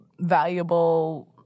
valuable